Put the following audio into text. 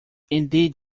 indeed